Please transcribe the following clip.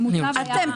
אתם,